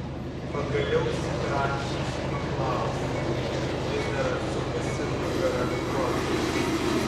pagaliau įsidrąsinusi paklausė vis dar atsukusi nugarą krocai